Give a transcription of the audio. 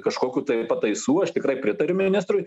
kažkokių tai pataisų aš tikrai pritariu ministrui